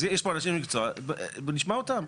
יש פה אנשי מקצוע, בוא נשמע אותם.